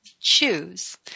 choose